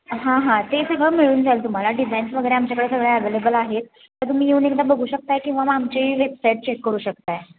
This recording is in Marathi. हां हां ते सगळं मिळून जाईल तुम्हाला डिझाईन्स वगैरे आमच्याकडे सगळं अवेलेबल आहेत तर तुम्ही येऊन एकदा बघू शकत आहे किंवा आमची वेबसाईट चेक करू शकत आहे